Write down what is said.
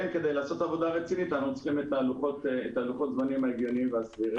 כדי לעשות עבודה רצינית אנחנו צריכים לוחות זמנים הגיוניים וסבירים.